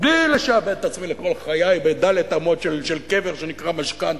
בלי לשעבד את עצמי לכל חיי בד' אמות של קבר שנקרא משכנתה,